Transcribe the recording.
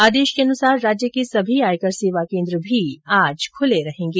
आदेश के अनुसार राज्य के सभी आयकर सेवा केन्द्र भी आज खले रहेंगे